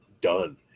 done